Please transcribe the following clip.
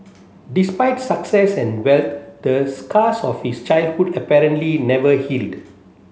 despite success and wealth the scars of his childhood apparently never healed